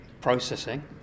processing